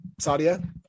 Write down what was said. Sadia